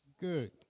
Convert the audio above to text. Good